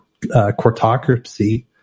quartocracy